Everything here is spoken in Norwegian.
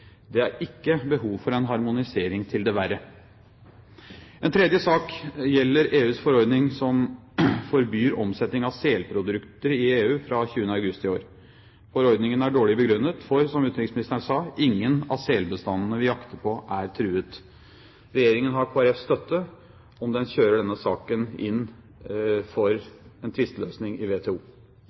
Det er ikke behov for en harmonisering til det verre. En tredje sak gjelder EUs forordning som forbyr omsetning av selprodukter i EU fra 20. august i år. Forordningen er dårlig begrunnet, for – som utenriksministeren sa – ingen av selbestandene vi jakter på, er truet. Regjeringen har Kristelig Folkepartis støtte om den kjører denne saken inn for tvisteløsning i WTO.